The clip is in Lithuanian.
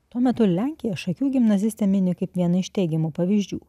tuo metu lenkiją šakių gimnazistė mini kaip vieną iš teigiamų pavyzdžių